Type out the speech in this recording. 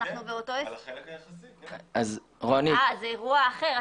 זה אירוע אחר.